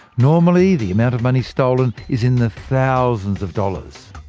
normally the amount of money stolen is in the thousands of dollars.